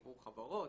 עבור חברות.